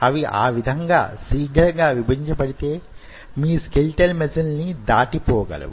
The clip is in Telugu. అవి ఆ విధంగా శీఘ్రంగా విభజింబడితే మీ స్కెలిటల్ మజిల్ ను దాటిపోగలవు